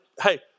hey